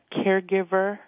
caregiver